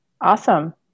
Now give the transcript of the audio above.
Awesome